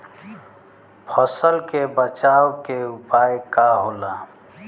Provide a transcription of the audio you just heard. फसल के बचाव के उपाय का होला?